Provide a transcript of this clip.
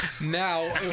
Now